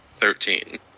Thirteen